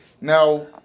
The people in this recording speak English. Now